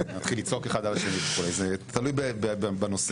זה תלוי בנושא.